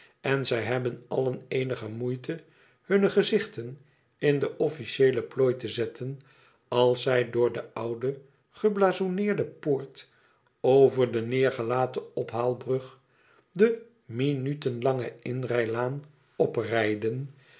en zij hebben allen eenige moeite hunne gezichten in den officieelen plooi te zetten als zij door de oude geblazonneerde poort over de neêrgelaten ophaalbrug de minuten lange inrijlaan oprijden